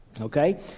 okay